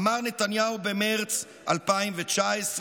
אמר נתניהו במרץ 2019,